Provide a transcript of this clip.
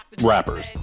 rappers